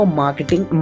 marketing